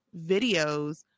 videos